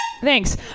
Thanks